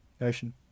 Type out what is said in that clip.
Ocean